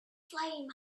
flame